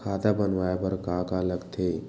खाता बनवाय बर का का लगथे?